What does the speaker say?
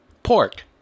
Pork